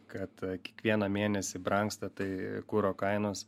kad kiekvieną mėnesį brangsta tai kuro kainos